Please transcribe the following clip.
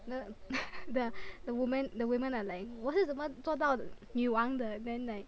the the woman the women are like 我是怎么做到女王的 then like